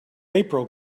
april